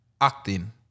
acting